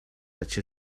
such